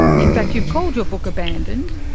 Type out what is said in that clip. in fact you've called your book abandoned.